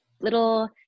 little